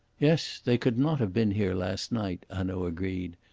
yes they could not have been here last night, hanaud agreed,